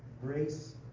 Grace